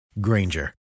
Granger